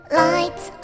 lights